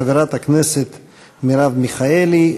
חברת הכנסת מרב מיכאלי,